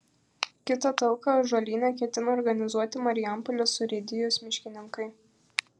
kitą talką ąžuolyne ketina organizuoti marijampolės urėdijos miškininkai